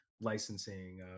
licensing